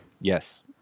Yes